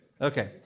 okay